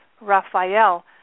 Raphael